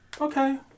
Okay